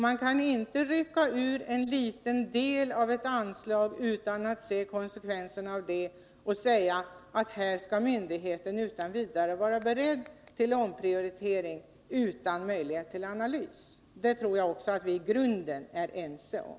Man kan inte rycka ut en liten del av ett anslag utan att redovisa konsekvenserna av den åtgärden och säga att myndigheterna skall vara beredda till omprioritering utan möjlighet till analys. Det tror jag att vi i grunden är ense om.